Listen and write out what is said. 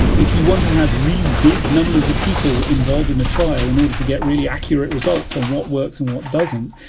if you want to have really big numbers of people involved in a trial in order to get really accurate results on what works and what doesn't,